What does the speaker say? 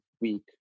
week